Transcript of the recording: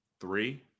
three